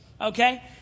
Okay